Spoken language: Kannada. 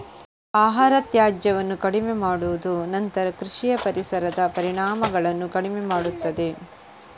ಆಹಾರ ತ್ಯಾಜ್ಯವನ್ನು ಕಡಿಮೆ ಮಾಡುವುದು ನಂತರ ಕೃಷಿಯ ಪರಿಸರದ ಪರಿಣಾಮಗಳನ್ನು ಕಡಿಮೆ ಮಾಡುತ್ತದೆ